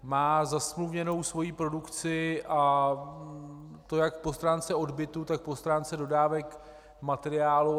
Má zasmluvněnou svoji produkci, a to jak po stránce odbytu, tak po stránce dodávek materiálu.